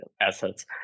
assets